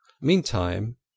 Meantime